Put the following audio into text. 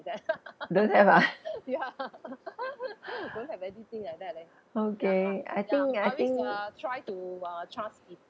don't have ah okay I think I think